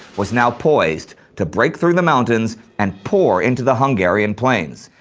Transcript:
was now poised to break through the mountains and pour into the hungarian plains.